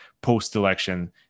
post-election